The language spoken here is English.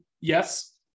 yes